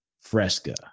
Fresca